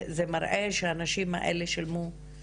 מראה שהנשים האלה שילמו את המחיר הכבד ביותר.